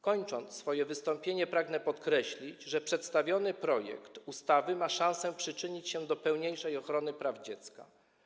Kończąc swoje wystąpienie, pragnę podkreślić, że przedstawiony projekt ustawy ma szansę przyczynić się do pełniejszej ochrony praw dziecka.